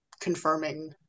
confirming